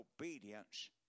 obedience